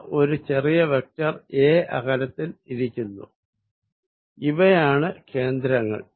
അവ ഒരു ചെറിയ വെക്ടർ എ അകലത്തിൽ ഇരിക്കുന്നു ഇവയാണ് കേന്ദ്രങ്ങൾ